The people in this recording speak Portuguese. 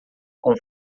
com